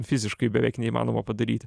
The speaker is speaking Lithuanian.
fiziškai beveik neįmanoma padaryti